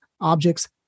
objects